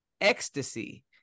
ecstasy